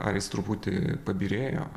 ar jis truputį pabyrėjo